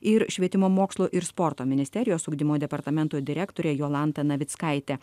ir švietimo mokslo ir sporto ministerijos ugdymo departamento direktore jolanta navickaite